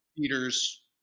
Peters